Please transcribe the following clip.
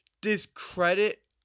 discredit